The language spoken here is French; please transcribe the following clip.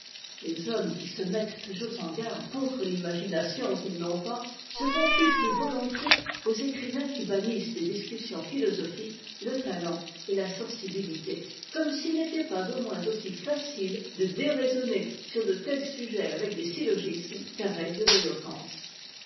les hommes qui se mettént toujours en garde contre l'imagination qu'ils n'ont pas se confiént plus volontiers aux écrivains qui bannissent des discussions philosophiques le talent et la sensibilité comme s'il n'était pas au moins aussi facile de déraisonner sur de tels sujets avec des syllogismes qu'avec de l'éloquence